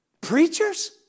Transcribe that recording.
preachers